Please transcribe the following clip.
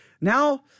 now